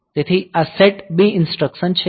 તેથી આ set B instruction છે